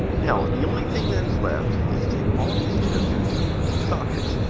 now, the only thing that is left is to take all of these chips and insert them into the sockets.